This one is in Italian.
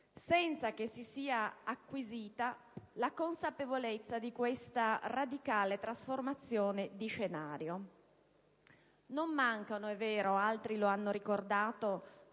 senza che si sia acquisita la consapevolezza di questa radicale trasformazione di scenario. Non mancano, è vero - come altri hanno ricordato